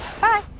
Bye